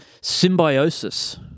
symbiosis